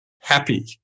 happy